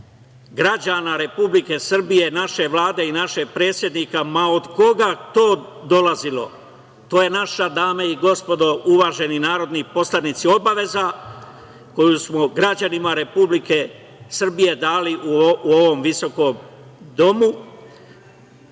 građana Republike Srbije, naše Vlade i našeg predsednika ma od koga to dolazilo. To je naša, dame i gospodo uvaženi narodni poslanici, obaveza koju smo građanima Republike Srbije dali u ovom visokom domu